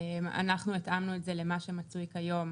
אנחנו התאמנו את זה למה שמצוי כיום